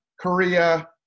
Korea